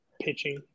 pitching